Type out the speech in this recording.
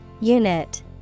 Unit